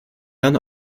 dann